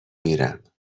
میرم